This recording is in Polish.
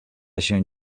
się